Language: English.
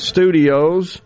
Studios